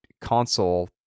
console